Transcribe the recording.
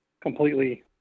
completely